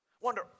Wonder